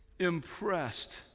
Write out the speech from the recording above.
Impressed